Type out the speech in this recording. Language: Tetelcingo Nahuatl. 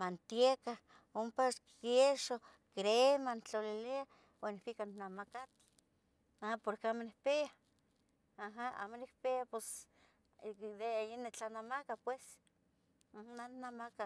matieca, ompa quiexo, crema intlalilia ompa nivica nicnamacateu porque mo nicpia de allí nitlanamac, naj nitlanamaca.